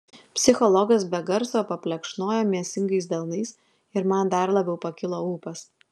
psichologas be garso paplekšnojo mėsingais delnais ir man dar labiau pakilo ūpas